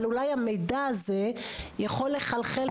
אבל אולי המידע הזה יכול לחלחל,